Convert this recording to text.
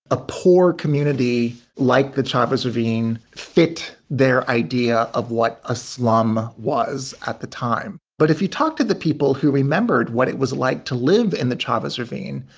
a poor community like the chavez ravine fit their idea of what a slum was at the time. but if you talk to the people who remembered what it was like to live in the chavez ravine,